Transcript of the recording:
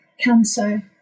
cancer